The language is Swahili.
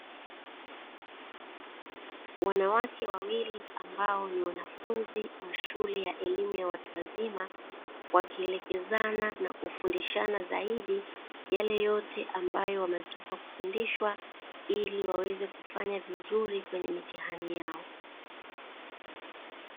Wanawake wawili ambao ni wanafunzi wa shule ya elimu ya watu wazima wakielekezana na kufundishana zaidi, yale yote ambayo wametoka kufundishwa ili waweze kufanya vizuri kwenye mitihani yao.